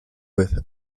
with